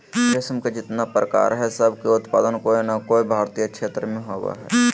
रेशम के जितना प्रकार हई, सब के उत्पादन कोय नै कोय भारतीय क्षेत्र मे होवअ हई